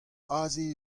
aze